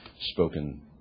spoken